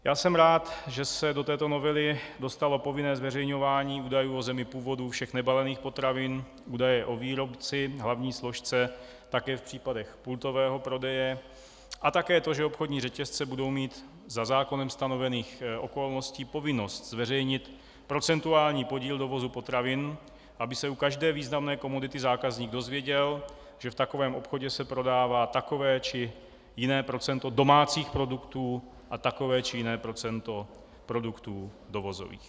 Já jsem rád, že se do této novely dostalo povinné zveřejňování údajů o zemi původu všech nebalených potravin, údaje o výrobci, hlavní složce také v případě pultového prodeje a také to, že obchodní řetězce budou mít za zákonem stanovených okolností povinnost zveřejnit procentuální podíl dovozu potravin, aby se u každé významné komodity zákazník dozvěděl, že v takovém obchodě se prodává takové či jiné procento domácích produktů a takové či jiné procento produktů dovozových.